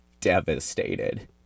devastated